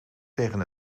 tegen